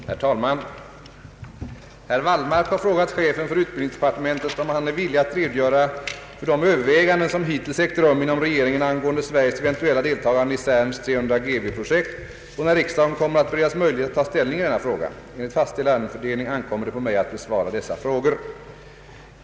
Herr talman! Herr Wallmark har frågat chefen för utbildningsdepartementet om han är villig att redogöra för de överväganden som hittills ägt rum inom regeringen angående Sveriges eventuella deltagande i CERN:s 300 GeV projekt och när riksdagen kommer att beredas möjlighet att ta ställning i denna fråga. Enligt fastställd ärendefördelning ankommer det på mig att besvara dessa frågor.